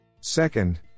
Second